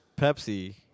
Pepsi